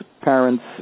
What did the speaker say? Parents